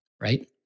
right